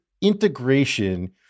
integration